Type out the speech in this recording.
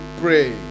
pray